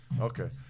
Okay